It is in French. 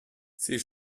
ces